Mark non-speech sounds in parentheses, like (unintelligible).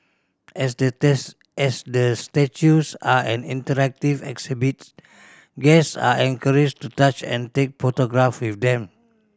as (unintelligible) as the statues are an interactive exhibit guest are encouraged to touch and take photograph with them